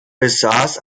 besaß